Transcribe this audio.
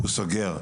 הוא סוגר.